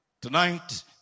Tonight